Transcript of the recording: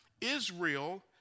Israel